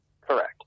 Correct